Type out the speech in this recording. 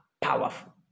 powerful